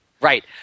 Right